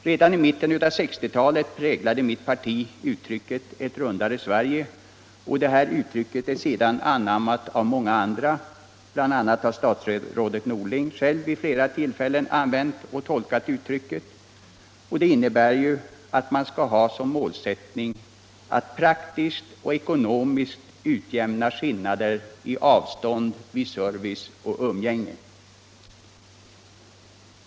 Redan i mitten av 1960-talet präglade mitt parti uttrycket ”ett rundare Sverige”, och det har sedan anammats av många andra. Bl.a. har statsrådet Norling själv vid flera tillfällen använt uttrycket och då tolkat det så att man som målsättning skall ha att praktiskt och ekonomiskt utjämna skillnader i avstånd vid service och umgänge.